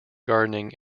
gardening